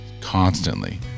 constantly